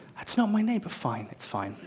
that's not my name. but fine, it's fine.